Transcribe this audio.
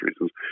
reasons